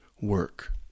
work